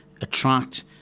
attract